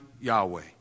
Yahweh